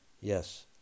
Yes